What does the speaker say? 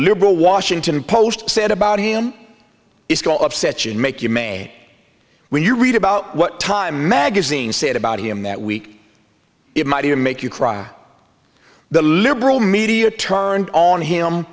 liberal washington post said about him is cool upset should make you may when you read about what time magazine said about him that week it might even make you cry the liberal media turned on him